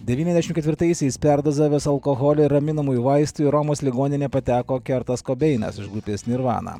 devyniasdešim ketvirtaisiais perdozavęs alkoholioir raminamųjų vaistų į romos ligoninę pateko kertas kobeinas iš grupės nirvana